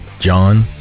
John